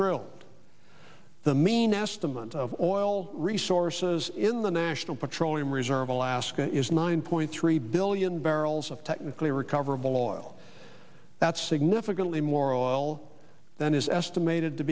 drill the main estimate of oil resources in the national petroleum reserve alaska is nine point three billion barrels of technically recoverable oil that's significantly more oil than is estimated to